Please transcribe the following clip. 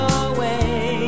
away